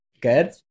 good